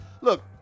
look